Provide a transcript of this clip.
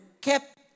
kept